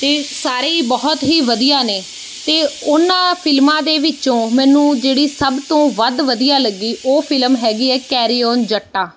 ਅਤੇ ਸਾਰੇ ਹੀ ਬਹੁਤ ਹੀ ਵਧੀਆ ਨੇ ਅਤੇ ਉਹਨਾਂ ਫਿਲਮਾਂ ਦੇ ਵਿੱਚੋਂ ਮੈਨੂੰ ਜਿਹੜੀ ਸਭ ਤੋਂ ਵੱਧ ਵਧੀਆ ਲੱਗੀ ਉਹ ਫਿਲਮ ਹੈਗੀ ਹੈ ਕੈਰੀ ਓਨ ਜੱਟਾ